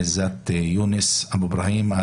עיזאת יונס אבו איברהים.